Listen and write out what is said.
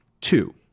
Two